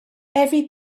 every